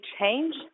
change